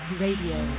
radio